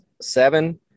seven